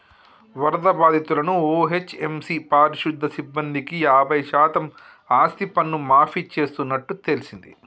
వరద బాధితులను ఓ.హెచ్.ఎం.సి పారిశుద్య సిబ్బందికి యాబై శాతం ఆస్తిపన్ను మాఫీ చేస్తున్నట్టు తెల్సింది